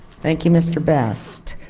thank you mr. best.